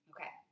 Okay